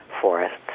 forests